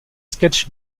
sketch